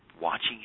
watching